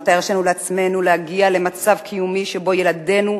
מתי הרשינו לעצמנו להגיע למצב קיומי שבו ילדינו,